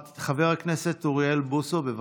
חבר הכנסת אוריאל בוסו, בבקשה.